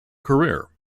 career